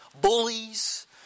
bullies